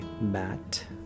Matt